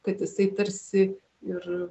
kad jisai tarsi ir